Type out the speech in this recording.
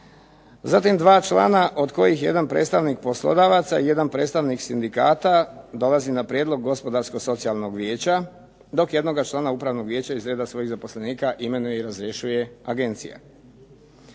Zatim dva člana od kojih je jedan predstavnik poslodavaca, i jedan predstavnik sindikata dolazi na prijedlog Gospodarsko-socijalnog vijeća, dok jednoga člana upravnog vijeća iz reda svojih zaposlenika imenuje i razrješuje agencija.